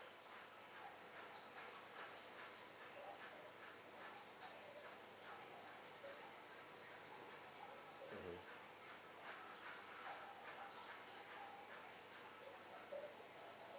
mmhmm